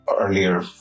earlier